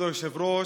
כבוד היושב-ראש,